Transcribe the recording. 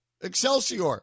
Excelsior